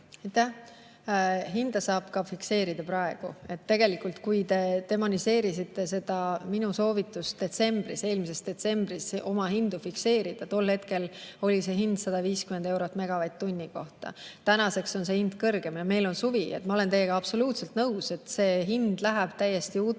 Hinda saab fikseerida ka praegu. Tegelikult, kui te demoniseerisite seda minu soovitust eelmises detsembris oma hindu fikseerida, siis tol hetkel oli see hind 150 eurot megavatt-tunni kohta. Tänaseks on see hind kõrgem ja meil on suvi. Ma olen teiega absoluutselt nõus, et see hind läheb täiesti uutesse